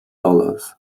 dollars